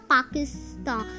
Pakistan